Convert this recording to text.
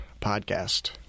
podcast